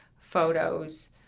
photos